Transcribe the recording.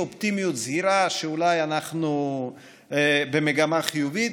אופטימיות זהירה שאולי אנחנו במגמה חיובית.